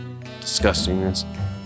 disgustingness